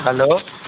hello